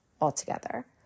altogether